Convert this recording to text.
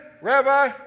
Rabbi